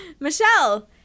Michelle